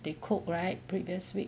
they cook right previous week